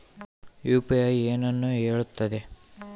UPI ಏನನ್ನು ಹೇಳುತ್ತದೆ?